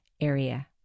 area